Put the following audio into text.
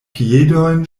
piedojn